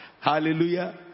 Hallelujah